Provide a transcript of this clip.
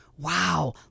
Wow